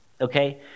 Okay